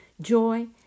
joy